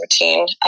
routine